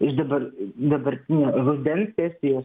iš dabar dabartinė rudens sesijos